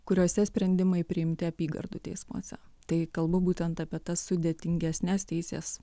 kuriose sprendimai priimti apygardų teismuose tai kalbu būtent apie tas sudėtingesnes teisės